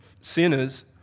sinners